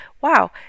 wow